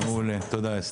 בדיוק, מעולה, תודה אסתי.